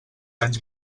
anys